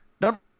Number